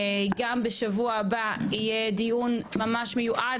גם בשבוע הבא יהיה דיון ממש מיועד